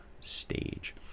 stage